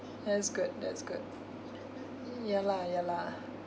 that's good that's good ya lah ya lah